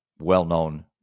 well-known